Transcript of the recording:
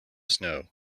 snow